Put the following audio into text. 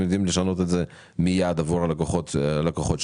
יודעים לשנות אותם מיד עבור הלקוחות שלכם.